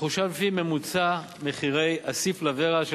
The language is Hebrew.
מחושב לפי ממוצע מחירי ה-CIF-Lavera של